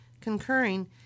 Concurring